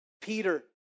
Peter